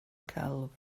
celf